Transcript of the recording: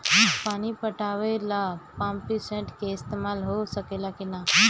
पानी पटावे ल पामपी सेट के ईसतमाल हो सकेला कि ना?